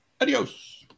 Adios